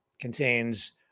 contains